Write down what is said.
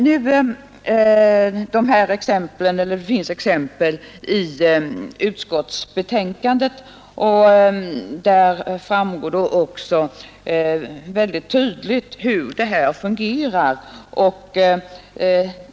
ställning inom Av de exempel som redovisas i utskottsbetänkandet framgår tydligt tilläggspensiohur systemet med tilläggspension fungerar.